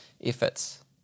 efforts